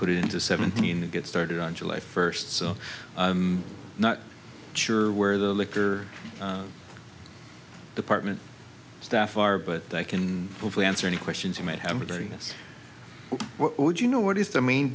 put it into seventeen and get started on july first so i'm not sure where the liquor department staff are but they can hopefully answer any questions you might have been doing this what would you know what is the main